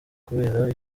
kubera